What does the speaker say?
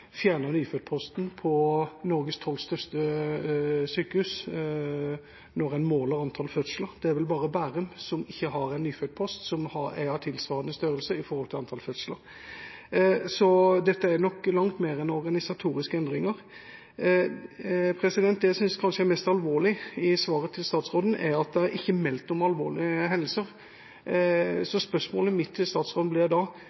Norges tolvte største sykehus når en måler antall fødsler. Det er vel bare Bærum sykehus som ikke har en nyfødtpost som er av tilsvarende størrelse i forhold til antall fødsler, så dette er nok langt mer enn organisatoriske endringer. Det som jeg synes kanskje er mest alvorlig i svaret til statsråden, er at det ikke er meldt om alvorlige hendelser. Spørsmålet mitt til statsråden blir da: